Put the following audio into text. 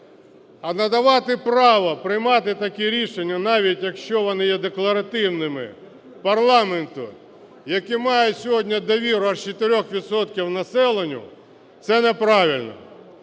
А надавати право приймати такі рішення, навіть якщо вони є декларативними, парламенту, який має сьогодні довіру аж 4 відсотків населення, це неправильно.